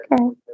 okay